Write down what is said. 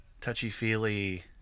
touchy-feely